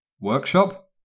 Workshop